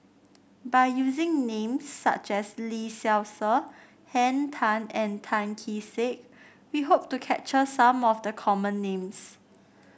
by using names such as Lee Seow Ser Henn Tan and Tan Kee Sek we hope to capture some of the common names